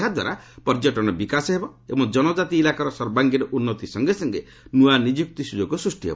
ଏହାଦ୍ୱାରା ପର୍ଯ୍ୟଟନର ବିକାଶ ହେବ ଏବଂ ଜନକାତି ଇଲାକାର ସର୍ବାଙ୍ଗିନ ଉନ୍ନତି ସଙ୍ଗେ ସଙ୍ଗେ ନୂଆ ନିଯୁକ୍ତି ସୁଯୋଗ ସୃଷ୍ଟି ହେବ